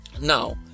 Now